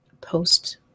post